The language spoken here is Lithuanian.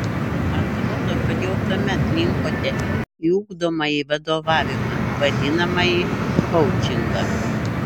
atrodo kad jau tuomet linkote į ugdomąjį vadovavimą vadinamąjį koučingą